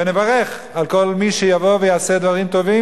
ונברך על כל מי שיבוא ויעשה דברים טובים.